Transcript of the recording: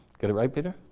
get it right, peter?